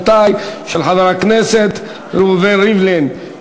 של חבר הכנסת ראובן ריבלין,